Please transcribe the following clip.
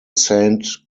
saint